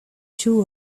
two